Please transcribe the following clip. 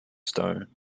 stone